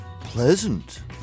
pleasant